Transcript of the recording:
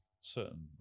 certain